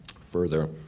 Further